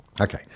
Okay